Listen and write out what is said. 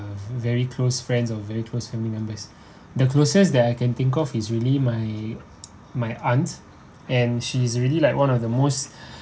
ah ve~ very close friends or very close family members the closest that I can think of is really my my aunt and she's really like one of the most